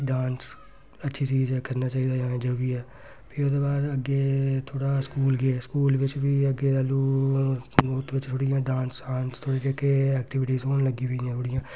dance अच्छी चीज़ ऐ करना चाहिदा जां जो बी ऐ ते फ्ही ओह्दे बाद अग्गें थोह्ड़ा स्कूल गे स्कूल बिच्च बी अग्गें लोक लोकें बिच्च बी थोह्ड़ा डांस शांस थोह्ड़े जेह्के ऐक्टविटिसी होन लग्गी पेइयां थोह्ड़ियां